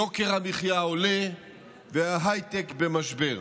יוקר המחיה עולה וההייטק במשבר.